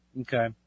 Okay